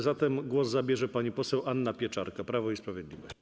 Zatem głos zabierze pani poseł Anna Pieczarka, Prawo i Sprawiedliwość.